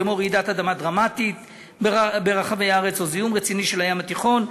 כמו רעידת אדמה דרמטית ברחבי הארץ או זיהום רציני של הים התיכון,